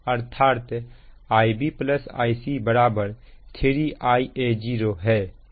अर्थात Ib Ic 3Ia0 है